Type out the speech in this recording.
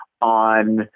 on